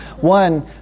One